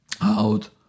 out